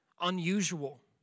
unusual